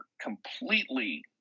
completely